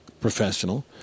professional